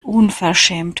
unverschämt